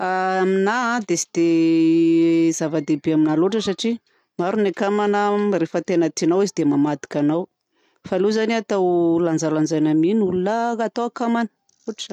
Aminahy dia tsy de zava-dehibe aminahy loatra satria maro ny akamana rehefa tena tianao izy dia mamadika anao fa aleo zany atao lanjalanjaina mi ny olona atao akamana.